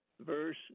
verse